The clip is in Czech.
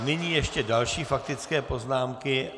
Nyní ještě další faktické poznámky.